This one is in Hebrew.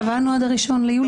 קבענו עד ה-1 ביולי,